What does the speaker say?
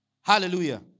Hallelujah